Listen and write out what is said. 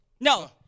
No